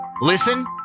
Listen